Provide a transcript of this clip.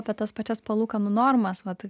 apie tas pačias palūkanų normas vat